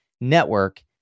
network